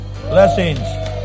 Blessings